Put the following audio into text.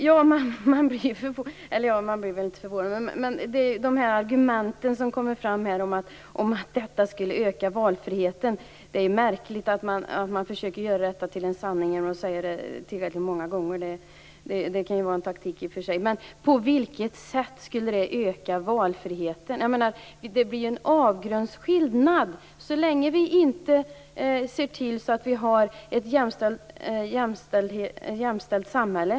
Fru talman! Det förs här fram argument om att vårdnadsbidraget skulle öka valfriheten. Det är märkligt att man försöker göra detta till en sanning genom att säga det tillräckligt många gånger. Det kan ju vara en taktik i och för sig. På vilket sätt skulle det öka valfriheten? Det blir ju en avgrundsskillnad så länge vi inte ser till att vi har ett jämställt samhälle.